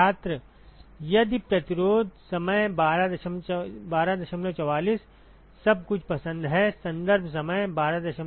छात्र यदि प्रतिरोध समय 1244 सब कुछ पसंद है संदर्भ समय 1247